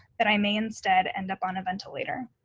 that i may instead end up on a ventilator.